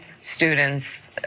students